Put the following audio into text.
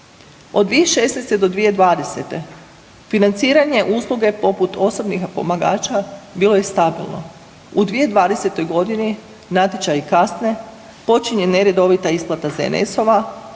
Od 2016. do 2020. financiranje usluge poput osobnih pomagača bilo je stabilno, u 2020.-toj godini natječaji kasne počinje neredovita isplata ZNS-ova,